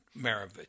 Maravich